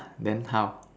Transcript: then how